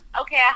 okay